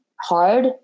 hard